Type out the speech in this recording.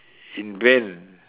invent